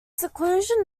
seclusion